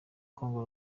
congo